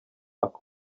ako